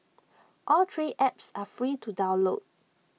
all three apps are free to download